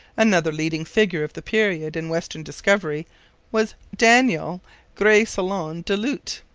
another leading figure of the period in western discovery was daniel greysolon du lhut.